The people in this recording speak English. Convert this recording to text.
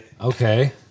Okay